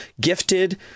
gifted